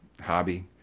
hobby